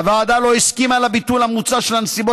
הוועדה לא הסכימה לביטול המוצע של הנסיבות